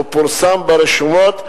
ופורסם ברשומות,